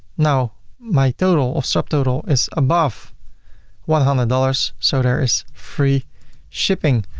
now my total or subtotal is above one hundred dollars so there is free shipping.